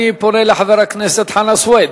אני פונה לחבר הכנסת חנא סוייד.